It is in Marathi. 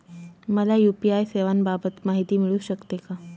मला यू.पी.आय सेवांबाबत माहिती मिळू शकते का?